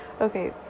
Okay